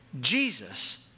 Jesus